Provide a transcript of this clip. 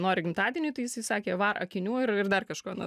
nori gimtadieniui tai jisai sakė var akinių ir dar kažko